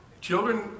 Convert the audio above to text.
Children